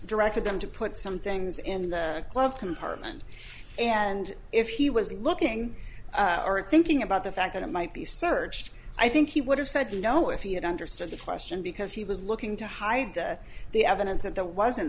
directed them to put some things in the glove compartment and if he was looking at thinking about the fact that it might be searched i think he would have said you know if he had understood the question because he was looking to hide the evidence and the was in